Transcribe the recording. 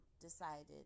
decided